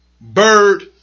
Bird